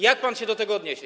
Jak pan się do tego odniesie?